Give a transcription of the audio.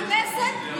הכנסת נבחרת על ידי העם.